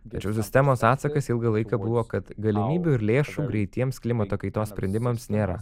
tačiau sistemos atsakas ilgą laiką buvo kad galimybių ir lėšų greitiems klimato kaitos sprendimams nėra